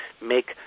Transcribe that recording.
make